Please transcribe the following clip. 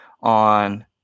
on